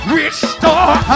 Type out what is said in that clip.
restore